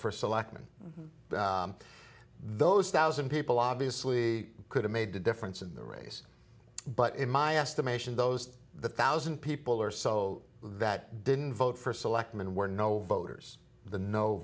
for selectman those thousand people obviously could have made the difference in the race but in my estimation those the thousand people or so that didn't vote for selectman were no voters the no